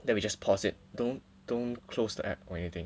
then we just pause it don't don't close the app or anything